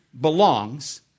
belongs